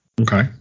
okay